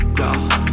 go